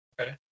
Okay